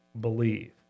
believe